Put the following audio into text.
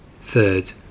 Third